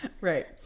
Right